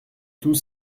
tous